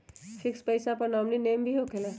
Fix पईसा पर nominee name भी होकेला?